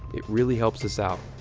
it really helps us out.